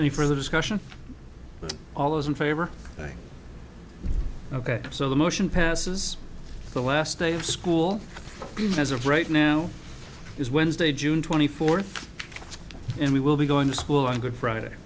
you for the discussion with all those in favor ok so the motion passes the last day of school as of right now is wednesday june twenty fourth and we will be going to school on good friday